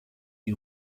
die